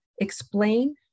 explain